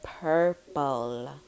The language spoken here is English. purple